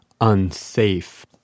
unsafe